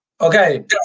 Okay